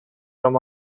from